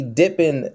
dipping